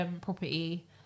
property